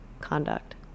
conduct